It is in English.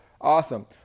Awesome